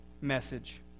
message